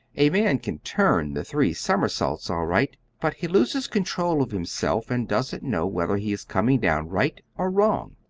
a man can turn the three somersaults all right, but he loses control of himself, and doesn't know whether he is coming down right or wrong.